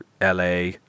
LA